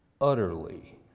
utterly